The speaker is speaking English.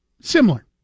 similar